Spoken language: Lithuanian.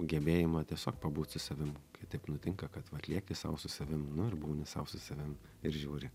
gebėjimą tiesiog pabūt su savim kai taip nutinka kad vat lieki sau su savim nu ir būni sau su savim ir žiūri